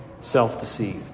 self-deceived